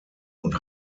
und